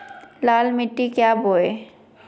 लाल मिट्टी क्या बोए?